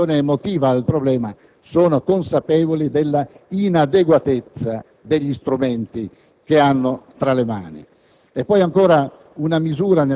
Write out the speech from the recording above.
al di là di una partecipazione emotiva al problema, sono consapevoli dell'inadeguatezza degli strumenti di cui dispongono.